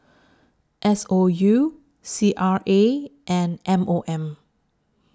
S O U C R A and M O M